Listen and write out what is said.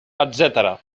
etcètera